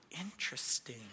interesting